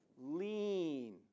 lean